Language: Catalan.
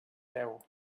veu